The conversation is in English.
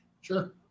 sure